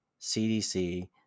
CDC